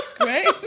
Great